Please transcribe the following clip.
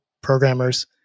programmers